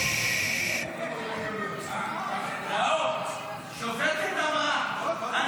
חוק ומשפט נתקבלה.